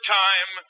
time